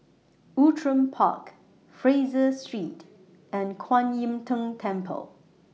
Outram Park Fraser Street and Kuan Im Tng Temple